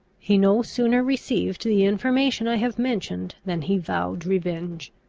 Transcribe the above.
he no sooner received the information i have mentioned than he vowed revenge.